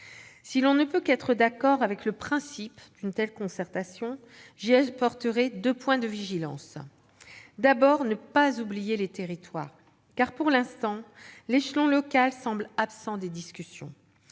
Si l'on ne peut qu'être d'accord avec le principe d'une telle concertation, je mettrai l'accent sur deux points de vigilance. D'abord, il ne faut pas oublier les territoires. Pour l'instant, l'échelon local semble absent des discussions.